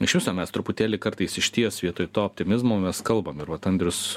iš viso mes truputėlį kartais išties vietoj to optimizmo mes kalbam ir vat andrius